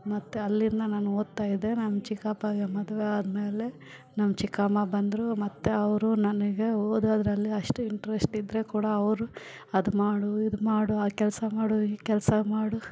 ಮತ್ತು ಅಲ್ಲಿಂದ ನಾನು ಓದ್ತಾಯಿದ್ದೆ ನನ್ನ ಚಿಕ್ಕಪ್ಪಗೆ ಮದುವೆ ಆದಮೇಲೆ ನಮ್ಮ ಚಿಕ್ಕಮ್ಮ ಬಂದರು ಮತ್ತು ಅವರು ನನಗೆ ಓದೋದ್ರಲ್ಲಿ ಅಷ್ಟು ಇಂಟ್ರೆಸ್ಟ್ ಇದ್ರೆ ಕೂಡ ಅವರು ಅದು ಮಾಡು ಇದು ಮಾಡು ಆ ಕೆಲಸ ಮಾಡು ಈ ಕೆಲಸ ಮಾಡು